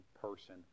person